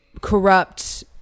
corrupt